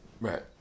Right